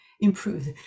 improved